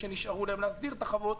שנשארו להם להסדיר את החוות,